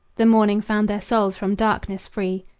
the morning found their souls from darkness free.